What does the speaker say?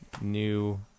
new